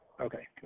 Okay